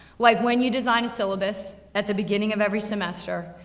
like when you design syllabus at the beginning of every semester,